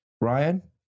Ryan